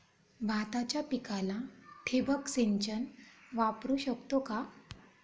भाताच्या पिकाला ठिबक सिंचन वापरू शकतो का?